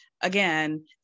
Again